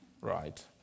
right